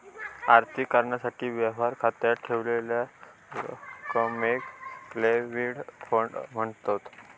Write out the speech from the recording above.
आर्थिक कारणासाठी, व्यवहार खात्यात ठेवलेल्या रकमेक लिक्विड फंड मांनतत